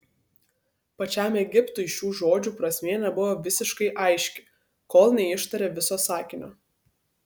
pačiam egiptui šių žodžių prasmė nebuvo visiškai aiški kol neištarė viso sakinio